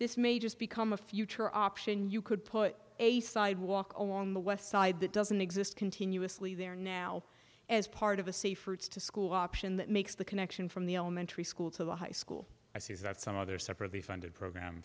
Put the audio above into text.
this may just become a future option you could put a sidewalk on the west side that doesn't exist continuously there now as part of a safe routes to school option that makes the connection from the elementary school to the high school i see is that some other separately funded program